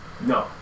No